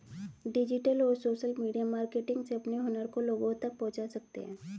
digital और social media marketing से अपने हुनर को लोगो तक पहुंचा सकते है